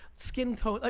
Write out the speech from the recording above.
skin color. ah